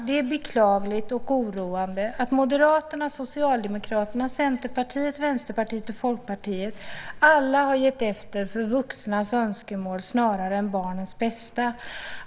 Det är beklagligt och oroande att Moderaterna, Socialdemokraterna, Centerpartiet, Vänsterpartiet och Folkpartiet har gett efter för vuxnas önskemål snarare än sett till barnens bästa.